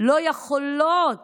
לא יכולות